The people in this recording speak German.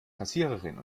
kassiererin